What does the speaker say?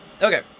Okay